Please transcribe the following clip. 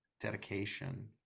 dedication